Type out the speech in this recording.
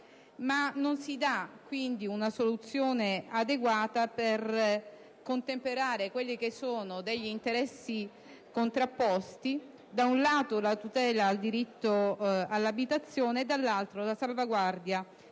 e non si dà, quindi, una soluzione adeguata per contemperare quelli che sono degli interessi contrapposti: da un lato, la tutela al diritto all'abitazione e, dall'altro, la salvaguardia